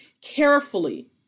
carefully